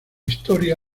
historia